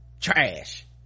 trash